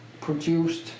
produced